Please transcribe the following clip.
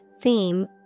theme